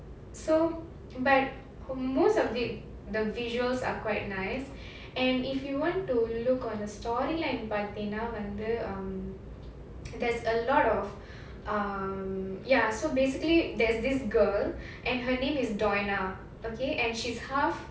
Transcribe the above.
so but for most of the the visuals are quite nice and if you want to look on the storyline பாத்தினா வந்து:paatheenaa vandhu um there's a lot of um ya so basically there's this girl and her name is doina okay and she's half